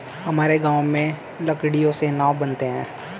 हमारे गांव में लकड़ियों से नाव बनते हैं